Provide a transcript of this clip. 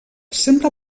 sempre